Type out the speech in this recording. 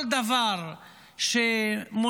כל דבר שמוסיף